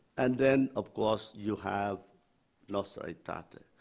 and then, of course, you have nostra aetate.